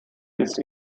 ist